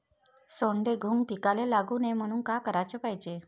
सोंडे, घुंग पिकाले लागू नये म्हनून का कराच पायजे?